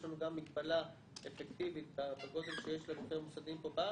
יש לנו גם מגבלה אפקטיבית בגודל שיש לגופים המוסדיים פה בארץ,